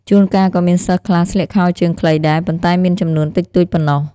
ជួនកាលក៏មានសិស្សខ្លះស្លៀកខោជើងខ្លីដែរ ប៉ុន្តែមានចំនួនតិចតួចប៉ុណ្ណោះ។